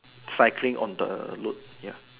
cycling on the road